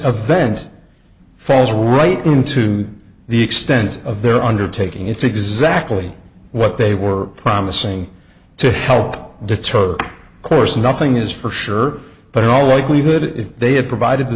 event falls right into the extent of their undertaking it's exactly what they were promising to help deter of course nothing is for sure but in all likelihood if they had provided the